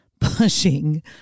pushing